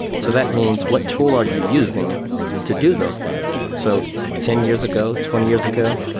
so that means what tool are you using to do those things? so ten years ago, twenty years ago,